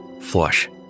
flush